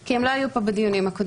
כי הם לא היו פה בדיונים הקודמים.